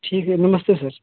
ठीक है नमस्ते सर